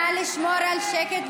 נא לשמור על שקט,